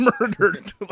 murdered